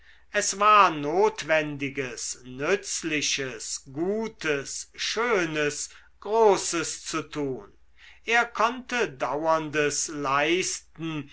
es war notwendiges nützliches gutes schönes großes zu tun er konnte dauerndes leisten